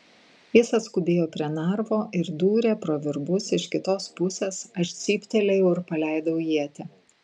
jis atskubėjo prie narvo ir dūrė pro virbus iš kitos pusės aš cyptelėjau ir paleidau ietį